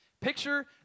picture